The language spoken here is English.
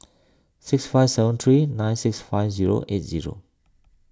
six five seven three nine six five zero eight zero